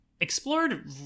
explored